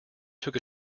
took